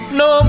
no